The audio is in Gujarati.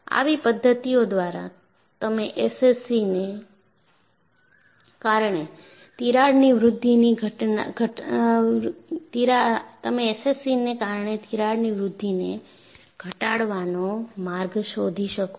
આવી પધ્ધતિઓ દ્વારા તમે SCC ને કારણે તિરાડની વૃદ્ધિને ઘટાડવાનો માર્ગ શોધી શકો છો